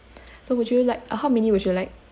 so would you like uh how many would you like